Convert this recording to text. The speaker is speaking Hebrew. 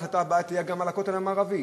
ההחלטה הבאה תהיה גם על הכותל המערבי.